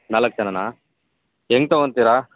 ನಾಲ್ಕು ಜನಾನ ಹೆಂಗ್ ತಗೊಂತೀರ